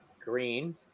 Green